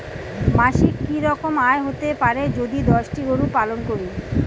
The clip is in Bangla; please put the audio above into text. মাসিক কি রকম আয় হতে পারে যদি দশটি গরু পালন করি?